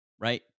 Right